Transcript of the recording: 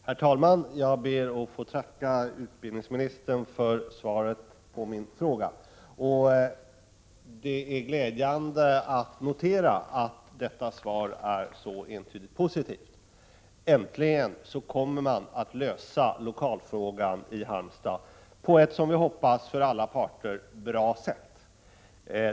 Herr talman! Jag ber att få tacka utbildningsministern för svaret på min fråga. Det är glädjande att notera att detta svar är så entydigt positivt. Äntligen kommer man att lösa lokalfrågan för högskolan i Halmstad på ett, som vi hoppas, för alla parter bra sätt.